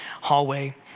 hallway